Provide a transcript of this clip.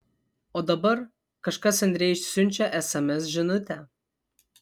o dabar kažkas andrejui siunčia sms žinutę